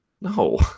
no